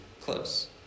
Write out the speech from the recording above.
close